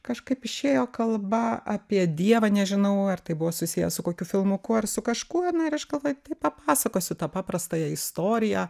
kažkaip išėjo kalba apie dievą nežinau ar tai buvo susiję su kokiu filmuku ar su kažkuo na ir aš galvoju tai papasakosiu tą paprastąją istoriją